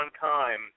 time